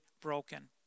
broken